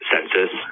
census